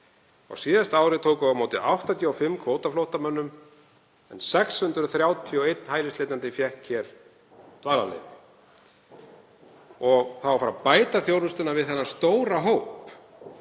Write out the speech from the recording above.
Á síðasta ári tókum við á móti 85 kvótaflóttamönnum en 631 hælisleitendi fékk hér dvalarleyfi og það á að fara að bæta þjónustuna við þennan stóra hóp.